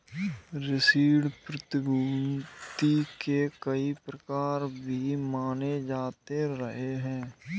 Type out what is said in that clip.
ऋण प्रतिभूती के कई प्रकार भी माने जाते रहे हैं